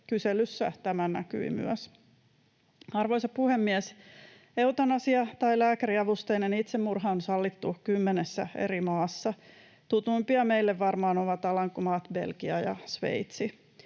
Kyselyssä tämä näkyi myös. Arvoisa puhemies! Eutanasia tai lääkäriavusteinen itsemurha on sallittu kymmenessä eri maassa. Tutuimpia meille varmaan ovat Alankomaat, Belgia ja Sveitsi.